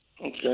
Okay